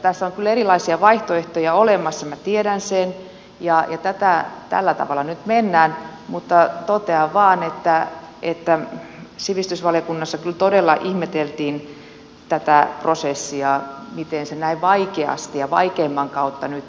tässä on kyllä erilaisia vaihtoehtoja olemassa minä tiedän sen ja tällä tavalla nyt mennään mutta totean vain että sivistysvaliokunnassa kyllä todella ihmeteltiin tätä prosessia miten se näin vaikeasti ja vaikeimman kautta nyt tehdään